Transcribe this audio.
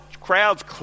crowds